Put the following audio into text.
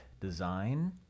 Design